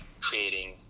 creating